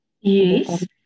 yes